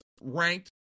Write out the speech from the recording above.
ranked